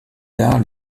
tard